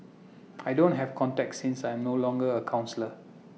I don't have contacts since I'm no longer A counsellor